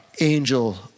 angel